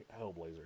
Hellblazer